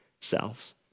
selves